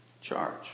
charge